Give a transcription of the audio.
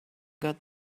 got